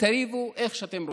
תריבו איך שאתם רוצים.